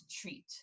treat